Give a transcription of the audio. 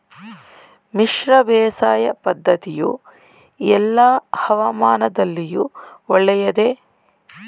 ಮಿಶ್ರ ಬೇಸಾಯ ಪದ್ದತಿಯು ಎಲ್ಲಾ ಹವಾಮಾನದಲ್ಲಿಯೂ ಒಳ್ಳೆಯದೇ?